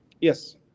Yes